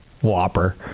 whopper